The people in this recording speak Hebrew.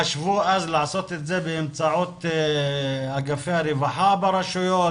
חשבו אז לעשות את זה באמצעות אגפי הרווחה ברשויות,